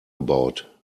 gebaut